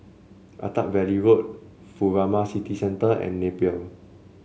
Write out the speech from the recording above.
Attap Valley Road Furama City Centre and Napier